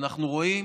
ואנחנו רואים